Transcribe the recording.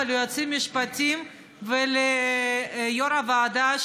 ליועצים המשפטיים וליושב-ראש הוועדה,